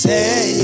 Say